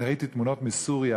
אני ראיתי תמונות מסוריה.